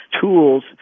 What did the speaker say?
tools